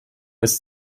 ist